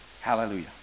hallelujah